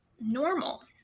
Normal